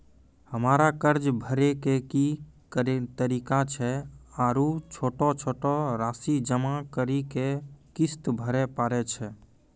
हमरा कर्ज भरे के की तरीका छै आरू छोटो छोटो रासि जमा करि के किस्त भरे पारे छियै?